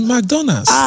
McDonald's